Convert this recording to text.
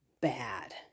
bad